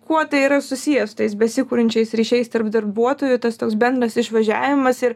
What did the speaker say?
kuo tai yra susiję su tais besikuriančiais ryšiais tarp darbuotojų tas toks bendras išvažiavimas ir